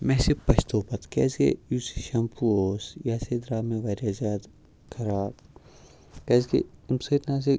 مےٚ ہَسا پَشتوو پَتہٕ کیٛازِکہِ یُس یہِ شیٚمپوٗ اوس یہِ ہَسا درٛاو مےٚ واریاہ زیادٕ خراب کیٛازِکہِ اَمہِ سۭتۍ نَہ سا